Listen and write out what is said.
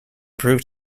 proved